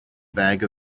bag